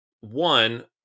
one